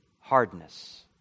hardness